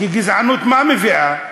כי גזענות, מה מביאה?